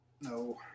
No